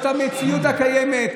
זאת המציאות הקיימת.